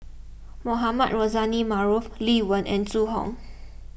Mohamed Rozani Maarof Lee Wen and Zhu Hong